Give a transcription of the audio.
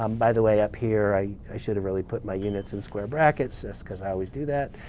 um by the way, up here i i should have really put my units in square brackets just because i always do that.